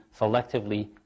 selectively